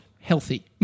healthy